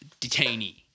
detainee